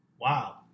Wow